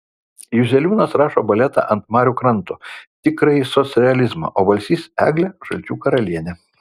juzeliūnas rašo baletą ant marių kranto tikrąjį socrealizmą o balsys eglę žalčių karalienę